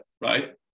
Right